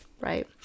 Right